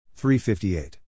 358